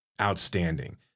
outstanding